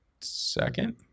second